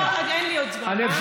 אין לי עוד זמן, אה?